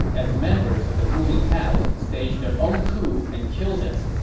as members of the ruling house staged their own coup and killed him.